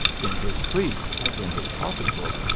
in his sleep as in his copy-book,